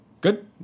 Good